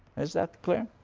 is that clear?